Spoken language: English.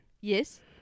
Yes